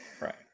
right